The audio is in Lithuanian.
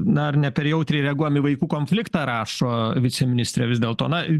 na ar ne per jautriai reaguojam į vaikų konfliktą rašo viceministre vis dėlto na